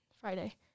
Friday